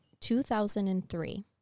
2003